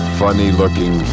funny-looking